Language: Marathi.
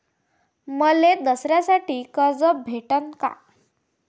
मले दसऱ्यासाठी कर्ज भेटन का?